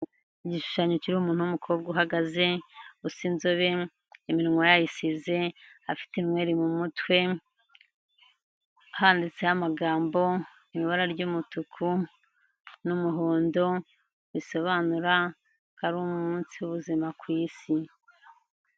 Igishushanyo kiriho umuntu w'umukobwa uhagaze usa inzobe, iminwa yayisize afite inwere mu mutwe, handitseho amagambo ibara ry'umutuku n'umuhondo, bisobanura ko ari umunsi w'ubuzima ku isi.